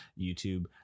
youtube